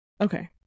Okay